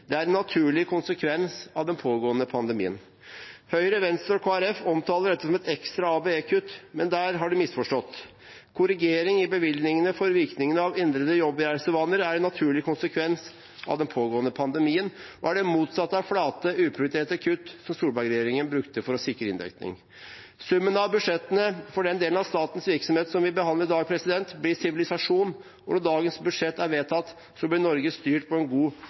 Det er en naturlig konsekvens av den pågående pandemien. Høyre, Venstre og Kristelig Folkeparti omtaler dette som et ekstra ABE-kutt, men der har de misforstått. Korrigering i bevilgningene for virkningen av endrede jobbreisevaner er en naturlig konsekvens av den pågående pandemien og er det motsatte av flate, uprioriterte kutt, som Solberg-regjeringen brukte for å sikre inndekning. Summen av budsjettene for den delen av statens virksomhet som vi behandler i dag, blir sivilisasjon, og når dagens budsjett er vedtatt, blir Norge styrt på en god og